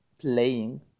playing